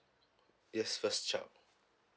yes first child